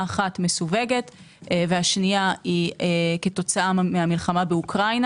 האחת מסווגת והשנייה כתוצאה מהמלחמה באוקראינה